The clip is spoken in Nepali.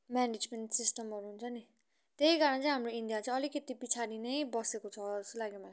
म्यानेजमेन्ट सिस्टमहरू हुन्छ नि त्यही कारण चाहिँ हाम्रो इन्डिया चाहिँ अलिकति पछाडी नै बसेको छ जस्तो लाग्यो मलाई